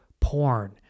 porn